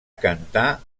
cantar